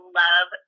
love